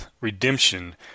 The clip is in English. redemption